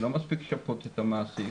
לא מספיק לשפות את המעסיק,